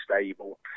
stable